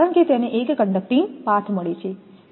કારણ કે તેને એક કંડકટીગ પાથ મળે છે